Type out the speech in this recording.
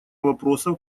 вопросов